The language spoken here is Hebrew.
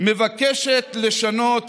מבקשת לשנות